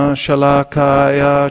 shalakaya